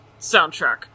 soundtrack